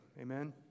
Amen